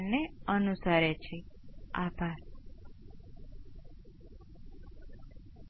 તેથી જો તમારી પાસે બીજા ઓર્ડર ત્રીજા ઓર્ડરની સર્કિટ છે તો હજુ પણ સાચું થસે ખાસ કરીને પ્રથમ ઓર્ડર ની જેમ શોધો